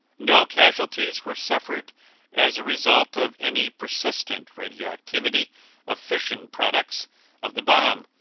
no casualties were suffered as a result of any persistent radioactivity of fission products of the bomb,